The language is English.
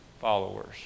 followers